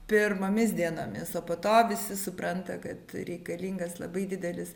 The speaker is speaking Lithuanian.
pirmomis dienomis o po to visi supranta kad reikalingas labai didelis